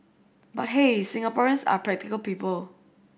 but hey Singaporeans are practical people